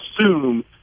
assume